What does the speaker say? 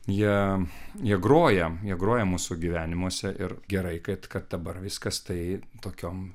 jie jie groja jie gruoja mūsų gyvenimuose ir gerai kad kad dabar viskas tai tokiom